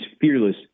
fearless